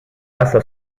asa